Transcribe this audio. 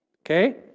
okay